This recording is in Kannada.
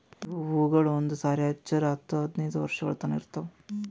ಇವು ಹೂವುಗೊಳ್ ಒಂದು ಸಾರಿ ಹಚ್ಚುರ್ ಹತ್ತು ಹದಿನೈದು ವರ್ಷಗೊಳ್ ತನಾ ಇರ್ತಾವ್